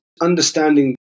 understanding